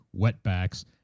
wetbacks